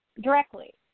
directly